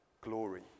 glory